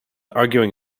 arguing